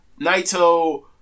Naito